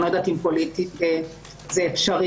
אני לא יודעת אם פוליטית זה אפשרי,